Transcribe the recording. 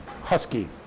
husky